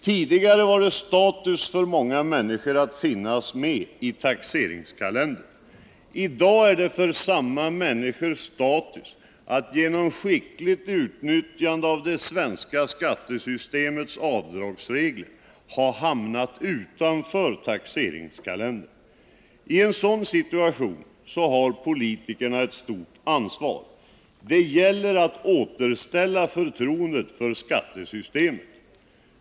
Tidigare var det status för många människor att finnas med i taxeringskalendern. I dag är det för samma människor status att genom skickligt utnyttjande av det svenska skattesystemets avdragsregler ha hamnat utanför taxeringskalendern. I en sådan situation har politikerna ett stort ansvar. Det gäller att återställa förtroendet för skattesystemet.